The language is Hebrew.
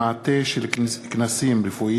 חופשה בחו"ל לרופאים במעטה של כנסים רפואיים.